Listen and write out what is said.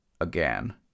again